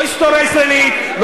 לא היסטוריה ישראלית,